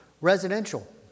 Residential